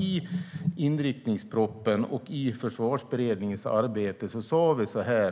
I inriktningspropositionen och i Försvarsberedningens arbete sa vi